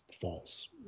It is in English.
false